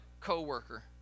coworker